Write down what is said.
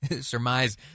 surmise